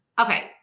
Okay